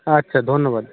আচ্ছা ধন্যবাদ